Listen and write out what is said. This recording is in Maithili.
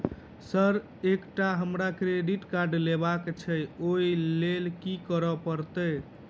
सर एकटा हमरा क्रेडिट कार्ड लेबकै छैय ओई लैल की करऽ परतै?